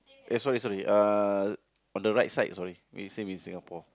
eh sorry sorry uh on the right side sorry it's same in Singapore